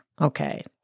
okay